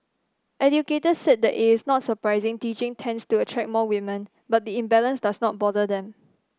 educators said that it is not surprising teaching tends to attract more women but the imbalance does not bother them